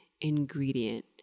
ingredient